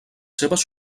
seves